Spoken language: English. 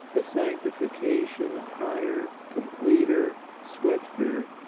a sanctification higher, completer, swifter,